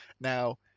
now